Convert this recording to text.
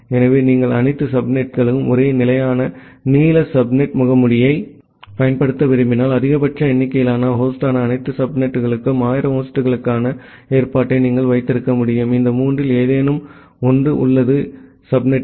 எனவே நீங்கள் அனைத்து சப்நெட்டுகளுக்கும் ஒரு நிலையான நீள சப்நெட் முகமூடியைப் பயன்படுத்த விரும்பினால் அதிகபட்ச எண்ணிக்கையிலான ஹோஸ்டான அனைத்து சப்நெட்டுகளுக்கும் 1000 ஹோஸ்டுக்கான ஏற்பாட்டை நீங்கள் வைத்திருக்க முடியும் இந்த மூன்றில் ஏதேனும் ஒன்று உள்ளது சப்நெட்டுகள் எஸ் 1 எஸ் 2 மற்றும் எஸ் 3